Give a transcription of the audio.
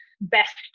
best